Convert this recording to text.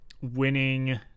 winning